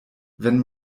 wenn